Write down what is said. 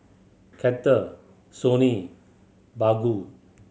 Kettle Sony Baggu